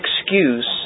excuse